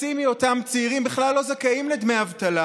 חצי מאותם צעירים בכלל לא זכאים לדמי אבטלה,